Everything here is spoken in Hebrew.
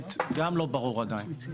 החייבת לא ברור עדיין.